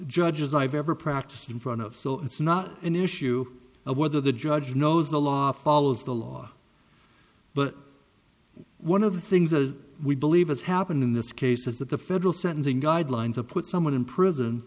judges i've ever practiced in front of so it's not an issue of whether the judge knows the law follows the law but one of the things that we believe has happened in this case is that the federal sentencing guidelines are put someone in prison